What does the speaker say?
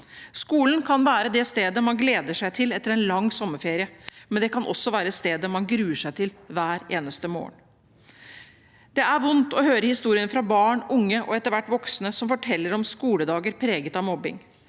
Skolen kan være det stedet man gleder seg til etter en lang sommerferie, men det kan også være det stedet man gruer seg til hver eneste morgen. Det er vondt å høre historiene fra barn, unge og etter hvert voksne som forteller om skoledager preget av mobbing.